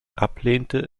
ablehnte